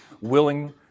willing